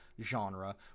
genre